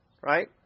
right